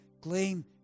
Claim